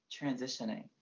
transitioning